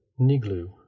niglu